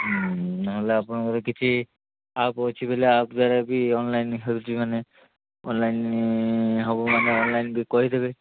ନେହେଲେ ଆପଣଙ୍କର କିଛି ଆପ୍ ଅଛି ବୋଲି ଆପ୍ ଦ୍ୱାରା ବି ଅନଲାଇନ୍ ହେଉଛି ମାନେ ଅନଲାଇନ୍ ହବ ମାନେ ଅନଲାଇନ୍ ବି କହିଦେବେ